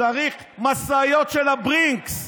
צריך משאיות של הברינקס.